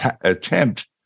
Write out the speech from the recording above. attempt